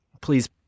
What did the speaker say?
Please